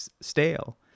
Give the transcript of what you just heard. stale